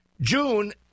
June